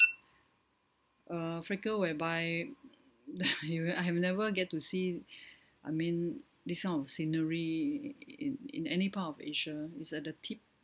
uh africa whereby the area I have never get to see I mean this kind of scenery in in in any part of asia is at the tip